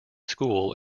school